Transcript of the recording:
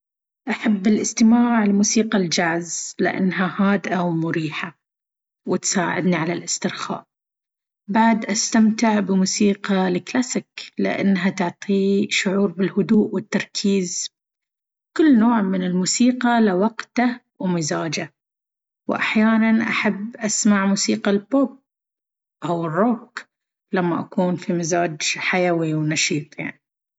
أحب الاستماع لموسيقى الجاز لأنها هادئة ومريحة، وتساعدني على الاسترخاء. بعد، أستمتع بموسيقى الكلاسيك لأنها تعطي شعور بالهدوء والتركيز. كل نوع من الموسيقى له وقته ومزاجه، وأحيانًا أحب أسمع موسيقى البوب أو الروك لما أكون في مزاج حيوي ونشيط يعني.